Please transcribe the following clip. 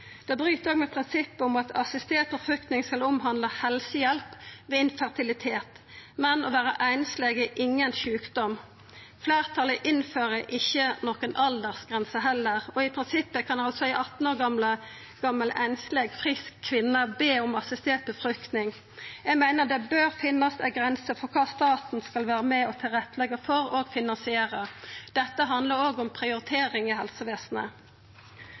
Det bryt òg med prinsippet om at assistert befruktning skal omhandla helsehjelp ved infertilitet. Men å vera einsleg er ingen sjukdom. Fleirtalet innfører ikkje noka aldersgrense, heller, og i prinsippet kan altså ei 18 år gamal einsleg frisk kvinne be om assistert befruktning. Eg meiner det bør finnast ei grense for kva staten skal vera med på å leggja til rette for og finansiera. Dette handlar òg om prioritering i helsevesenet.